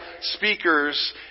speakers